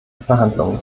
verhandlungen